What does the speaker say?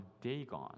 Dagon